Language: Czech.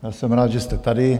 Já jsem rád, že jste tady.